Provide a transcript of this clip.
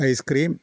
ice cream